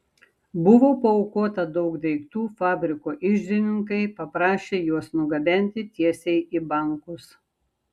buvo paaukota daug daiktų fabriko iždininkai paprašė juos nugabenti tiesiai į bankus